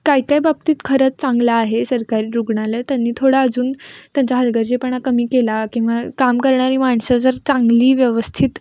काय काय बाबतीत खरंच चांगलं आहे सरकारी रुग्णालय त्यांनी थोडा अजून त्यांचा हलगर्जीपणा कमी केला किंवा काम करणारी माणसं जर चांगली व्यवस्थित